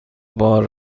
بار